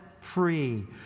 free